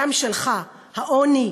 וגם שלך: העוני,